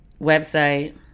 website